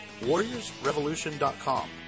warriorsrevolution.com